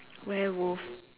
werewolf